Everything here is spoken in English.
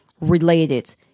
related